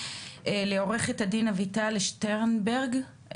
לעוה"ד אביטל שטרנברג,